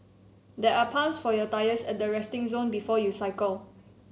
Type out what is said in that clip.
there are pumps for your tyres at the resting zone before you cycle